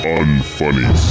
unfunny